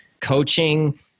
coaching